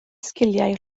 sgiliau